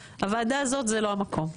הוועדה הזאת זה לא המקום,